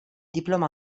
diploma